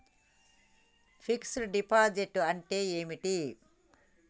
Fix డ్ deposit అంటే ఏమిటి?